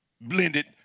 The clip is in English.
blended